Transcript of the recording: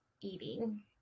eating